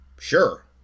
sure